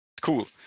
Cool